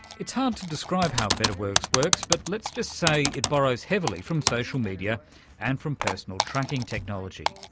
it's hard to describe how betterworks works, but let's just say it borrows heavily from social media and from personal tracking technology.